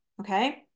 okay